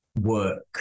work